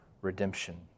redemption